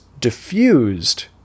diffused